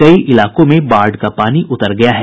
कई इलाकों में बाढ़ का पानी उतर गया है